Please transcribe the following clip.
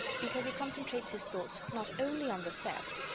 because he concentrates his thoughts not only on the theft,